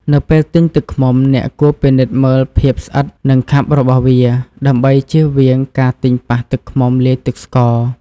នៅពេលទិញទឹកឃ្មុំ អ្នកគួរពិនិត្យមើលភាពស្អិត និងខាប់របស់វា ដើម្បីជៀសវាងការទិញប៉ះទឹកឃ្មុំលាយទឹកស្ករ។